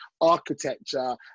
architecture